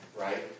right